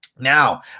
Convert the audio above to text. Now